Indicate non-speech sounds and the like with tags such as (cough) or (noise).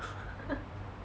(laughs)